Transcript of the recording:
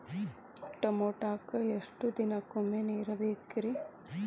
ಟಮೋಟಾಕ ಎಷ್ಟು ದಿನಕ್ಕೊಮ್ಮೆ ನೇರ ಬಿಡಬೇಕ್ರೇ?